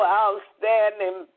outstanding